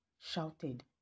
shouted